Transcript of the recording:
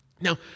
Now